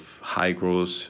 high-growth